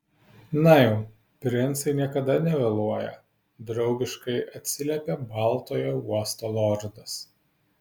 na jau princai niekada nevėluoja draugiškai atsiliepė baltojo uosto lordas